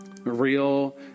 real